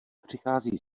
přichází